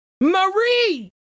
Marie